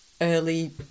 Early